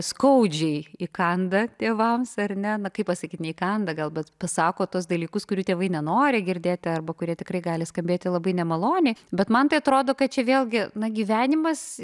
skaudžiai įkanda tėvams ar ne kaip pasakyt ne įkanda gal bet pasako tuos dalykus kurių tėvai nenori girdėti arba kurie tikrai gali skambėti labai nemaloniai bet man tai atrodo kad čia vėlgi na gyvenimas